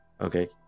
Okay